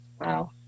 wow